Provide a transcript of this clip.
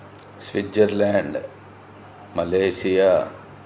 Switzerland Malaysia